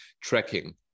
tracking